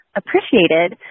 appreciated